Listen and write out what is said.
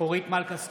אורית מלכה סטרוק,